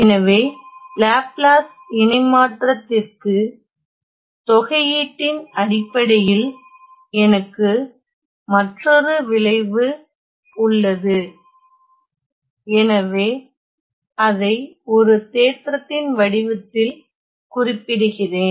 எனவே லாப்லாஸ் இணை மாற்றத்திற்கு தொகையீட்டின் அடிப்படையில் எனக்கு மற்றொரு விளைவு உள்ளது எனவே அதை ஒரு தேற்றத்தின் வடிவத்தில் குறிப்பிடுகிறேன்